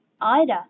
Ida